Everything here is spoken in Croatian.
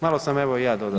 Malo sam evo i ja dodao.